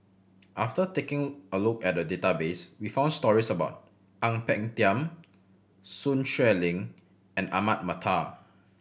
after taking a look at the database we found stories about Ang Peng Tiam Sun Xueling and Ahmad Mattar